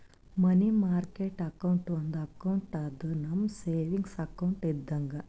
ಮನಿ market account ಒಂದು account ಅದಾ, ನಮ್ ಸೇವಿಂಗ್ಸ್ ಅಕೌಂಟ್ ಇದ್ದಂಗ